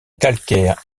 calcaire